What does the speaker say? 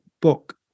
book